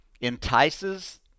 entices